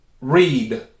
read